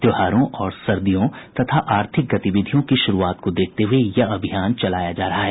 त्योहारों और सर्दियों तथा आर्थिक गतिविधियों की शुरुआत को देखते हुए यह अभियान चलाया जा रहा है